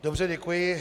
Dobře, děkuji.